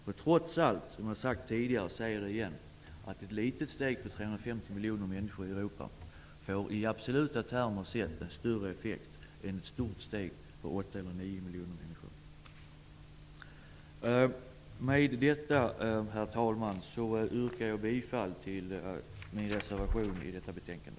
Jag har sagt det tidigare, och jag säger det igen: Ett litet steg för 350 miljoner människor i Europa får i absoluta termer sett större effekt än ett stort steg för 8 eller 9 miljoner. Herr talman! Med detta yrkar jag bifall till min reservation till detta betänkande.